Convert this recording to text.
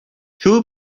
two